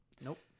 Nope